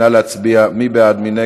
נא להצביע, מי בעד?